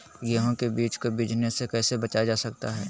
गेंहू के बीज को बिझने से कैसे बचाया जा सकता है?